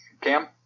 Cam